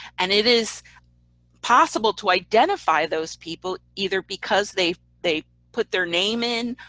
and it is possible to identify those people either because they they put their name in,